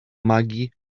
magii